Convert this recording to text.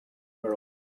girl